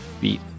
beat